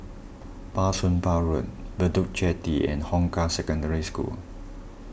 Bah Soon Pah Road Bedok Jetty and Hong Kah Secondary School